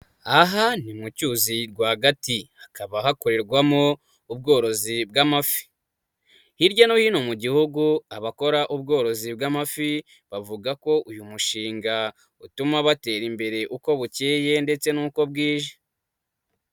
Aha ni mu cyuzi rwagati, hakaba hakorerwamo ubworozi bw'amafi. Hirya no hino mu gihugu, abakora ubworozi bw'amafi, bavuga ko uyu mushinga utuma batera imbere uko bukeye ndetse n'uko bwije.